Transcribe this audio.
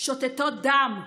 שותתות דם,